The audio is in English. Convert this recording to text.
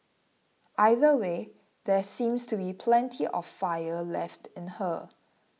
either way there seems to be plenty of fire left in her